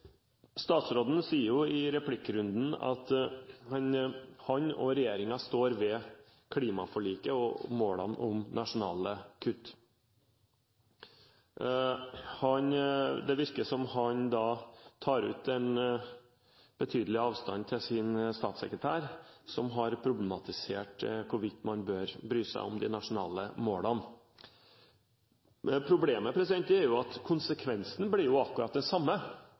Statsråden sier i replikkrunden at han og regjeringen står ved klimaforliket og målene om nasjonale kutt. Det virker som om han da tar betydelig avstand fra sin statssekretær som har problematisert hvorvidt man bør bry seg om de nasjonale målene. Problemet er at konsekvensen blir akkurat den samme